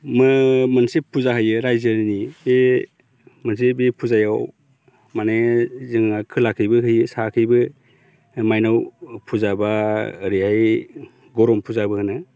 मोनसे फुजा होयो रायजोआरिनि बे मोनसे बे फुजायाव माने जोंहा खोलाखैबो होयो साहखैबो माइनाव फुजा बा ओरैहाय बरम फुजाबो होनो